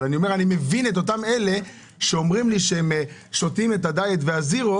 אבל אני מבין את אותם אלה שאומרים לי שהם שותים דיאט וזירו,